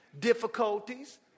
difficulties